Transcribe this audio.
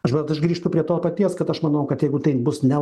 žinot aš grįžtu prie to paties kad aš manau kad jeigu tai bus ne